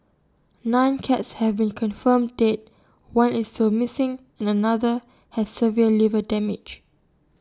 nine cats have been confirmed dead one is still missing and another has severe liver damage